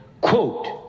quote